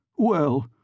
Well